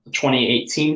2018